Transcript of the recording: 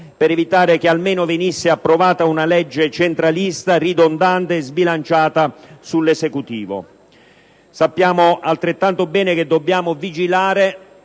per evitare almeno che venisse approvata una legge centralista, ridondante e sbilanciata sull'Esecutivo. Sappiamo altrettanto bene che dobbiamo vigilare